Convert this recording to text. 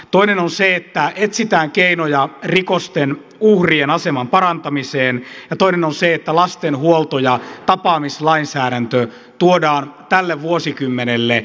toinen on se että etsitään keinoja rikosten uhrien aseman parantamiseen ja toinen on se että lasten huolto ja tapaamislainsäädäntö tuodaan tälle vuosikymmenelle